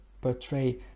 portray